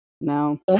No